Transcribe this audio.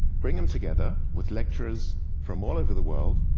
bring them together with lecturers from all over the world,